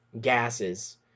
gases